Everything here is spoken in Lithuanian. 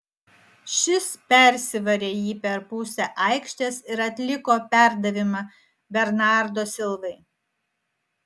šis persivarė jį per pusę aikštės ir atliko perdavimą bernardo silvai